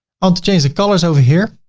um to change the colors over here.